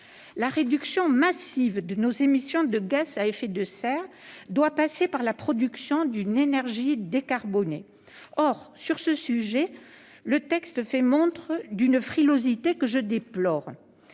La réduction massive de nos émissions de gaz à effet de serre doit passer par la production d'une énergie décarbonée. Or, sur ce sujet, le projet de loi fait montre d'une frilosité que je déplore.